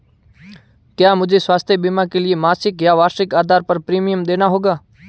क्या मुझे स्वास्थ्य बीमा के लिए मासिक या वार्षिक आधार पर प्रीमियम देना होगा?